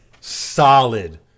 Solid